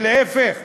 ולהפך?